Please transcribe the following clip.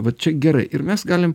va čia gerai ir mes galim